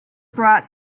brought